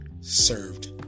served